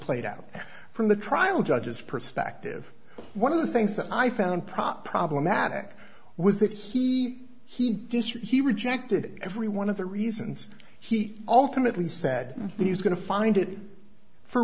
played out from the trial judge's perspective one of the things that i found prop problematic was that he he does he rejected every one of the reasons he ultimately said he was going to find it for